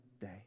day